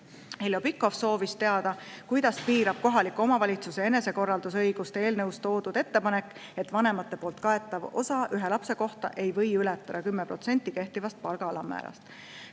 mitte. Heljo Pikhof soovis teada, kuidas piirab kohaliku omavalitsuse enesekorraldusõigust eelnõus toodud ettepanek, et vanemate kaetav osa ühe lapse kohta ei või ületada 10% kehtivast palga alammäärast.